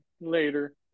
Later